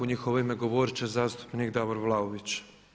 U njihovo ime govoriti će zastupnik Davor Vlaović.